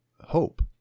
hope